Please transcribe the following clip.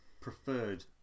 preferred